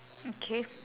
okay